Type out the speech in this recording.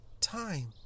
time